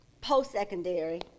post-secondary